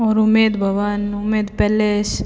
और उम्मेद भवन उम्मेद पैलेस